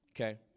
okay